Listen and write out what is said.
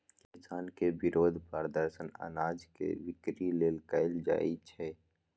किसान के विरोध प्रदर्शन अनाज के बिक्री लेल कएल जाइ छै